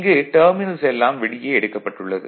இங்கு டெர்மினல்ஸ் எல்லாம் வெளியே எடுக்கப்பட்டுள்ளது